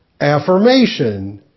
affirmation